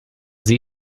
sie